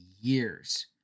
years